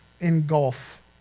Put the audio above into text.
engulf